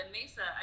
Mesa